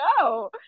no